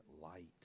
light